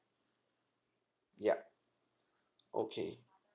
yup okay